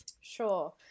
sure